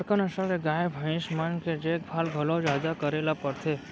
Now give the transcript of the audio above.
बड़का नसल के गाय, भईंस मन के देखभाल घलौ जादा करे ल परथे